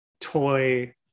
toy